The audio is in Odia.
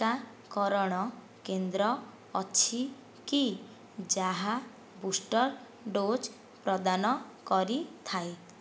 ଟିକାକରଣ କେନ୍ଦ୍ର ଅଛି କି ଯାହା ବୁଷ୍ଟର୍ ଡୋଜ୍ ପ୍ରଦାନ କରିଥାଏ